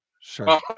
Sure